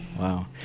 Wow